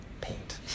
paint